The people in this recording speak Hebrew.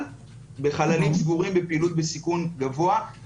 בחללים סגורים ובפעילות בסיכון גבוה,